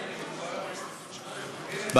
כהצעת הוועדה, נתקבל.